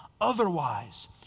Otherwise